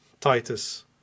Titus